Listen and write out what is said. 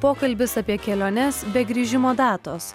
pokalbis apie keliones be grįžimo datos